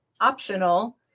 optional